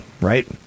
right